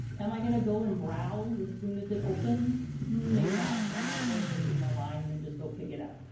am i gonna go in and browse as soon as it opens? maybe not i might order everything online and then just go pick it up.